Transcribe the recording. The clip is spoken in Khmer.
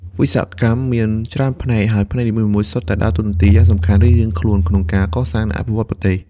វិស្វកម្មមាន ច្រើនផ្នែក ហើយផ្នែកនីមួយៗសុទ្ធតែដើរតួនាទី យ៉ាងសំខាន់ រៀងៗខ្លួនក្នុងការ កសាង និងអភិវឌ្ឍប្រទេស។